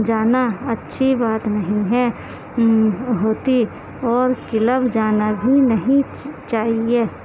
جانا اچھی بات نہیں ہے ہوتی اور کلب جانا بھی نہیں چاہیے